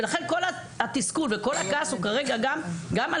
ולכן כל התסכול וכל הכעס הוא כרגע גם על